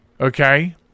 okay